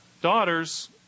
daughters